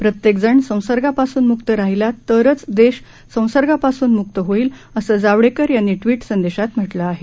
प्रत्येक जण संसर्गापासून म्क्त राहिला तरच देश संसर्गापासून म्क्त होईल असं जावडेकर यांनी ट्वीट संदेशात म्हटलं आहे